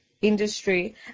industry